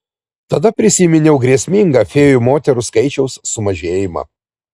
tada prisiminiau grėsmingą fėjų moterų skaičiaus sumažėjimą